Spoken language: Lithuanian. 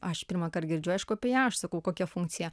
aš pirmąkart girdžiu aišku apie ją aš sakau kokia funkcija